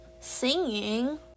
singing